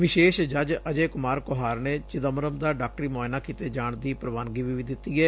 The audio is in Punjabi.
ਵਿਸ਼ੇਸ਼ ਜੱਜ ਅਜੇ ਕੁਮਾਰ ਕੋਹਾਰ ਨੇ ਚਿਦੰਬਰਮ ਦਾ ਡਾਕਟਰੀ ਮੁਆਇਨਾ ਕੀਤੇ ਜਾਣ ਦੀ ਪ੍ਵਾਨਗੀ ਵੀ ਦਿੱਤੀ ਏ